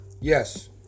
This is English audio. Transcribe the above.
Yes